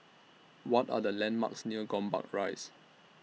What Are The landmarks near Gombak Rise